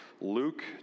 Luke